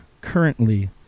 currently